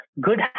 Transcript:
Good